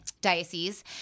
diocese